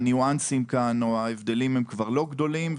שהניואנסים או ההבדלים כבר לא גדולים,